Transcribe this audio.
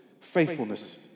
faithfulness